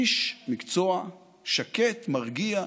איש מקצוע שקט, מרגיע,